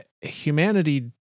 Humanity